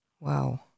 Wow